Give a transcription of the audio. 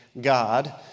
God